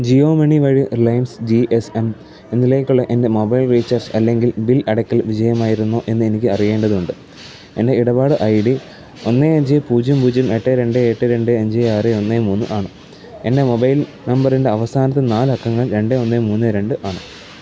Jio money വഴി Reliance G S M എന്നതിലേക്കുള്ള എൻ്റെ മൊബൈൽ റീചാർജ് അല്ലെങ്കിൽ ബിൽ അടയ്ക്കൽ വിജയമായിരുന്നോ എന്നെനിക്ക് അറിയേണ്ടതുണ്ട് എൻ്റെ ഇടപാട് ഐ ഡി ഒന്ന് അഞ്ച് പൂജ്യം പൂജ്യം എട്ട് രണ്ട് എട്ട് രണ്ട് അഞ്ച് ആറ് ഒന്ന് മൂന്ന് ആണ് എൻ്റെ മൊബൈൽ നമ്പറിൻ്റെ അവസാനത്തെ നാലക്കങ്ങൾ രണ്ട് ഒന്ന് മൂന്ന് രണ്ട് ആണ്